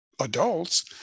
adults